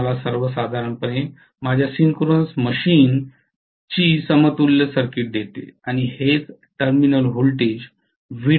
तर हे मला सर्वसाधारणपणे माझ्या सिंक्रोनस मशीनची समतुल्य सर्किट देते आणि हेच टर्मिनल व्होल्टेज व्ही